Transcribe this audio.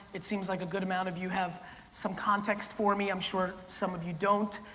it seems like a good amount of you have some context for me. i'm sure some of you don't.